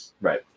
Right